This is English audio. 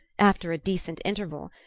after a decent interval,